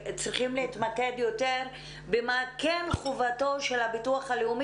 להתמקד יותר במה כן חובתו של הביטוח הלאומי.